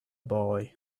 boy